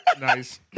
Nice